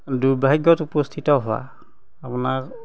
দূৰ্ভাগ্যত উপস্থিত হোৱা আপোনাৰ